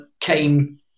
came